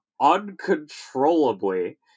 uncontrollably